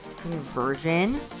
conversion